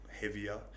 heavier